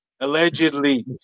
allegedly